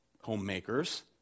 homemakers